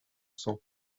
cents